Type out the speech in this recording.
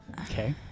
Okay